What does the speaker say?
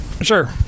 Sure